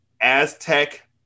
Aztec